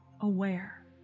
aware